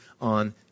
on